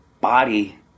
body